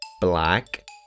black